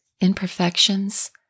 imperfections